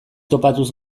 topatuz